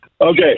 Okay